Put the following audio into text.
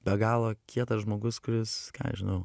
be galo kietas žmogus kuris ką aš žinau